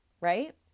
right